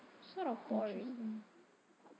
interesting